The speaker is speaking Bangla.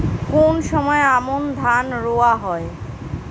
কোন সময় আমন ধান রোয়া হয়?